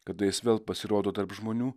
kada jis vėl pasirodo tarp žmonių